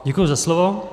Děkuji za slovo.